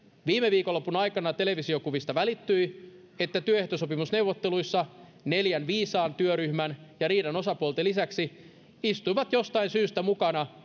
viikonlopun aikana televisiokuvista välittyi että työehtosopimusneuvotteluissa neljän viisaan työryhmän ja riidan osapuolten lisäksi istuivat mukana